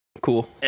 Cool